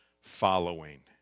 following